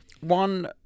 one